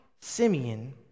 Simeon